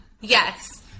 yes